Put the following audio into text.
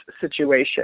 situation